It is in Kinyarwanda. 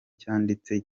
cyanditse